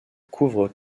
couvre